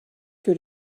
que